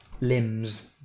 Limbs